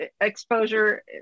exposure